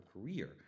career